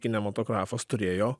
kinematografas turėjo